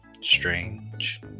strange